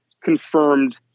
confirmed